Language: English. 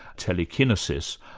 telekinesis,